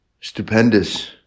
stupendous